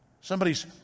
somebody's